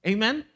Amen